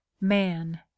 man